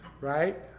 right